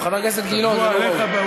לא, חבר הכנסת גילאון, זה לא ראוי.